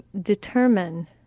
determine